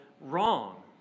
wrong